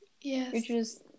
Yes